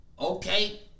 Okay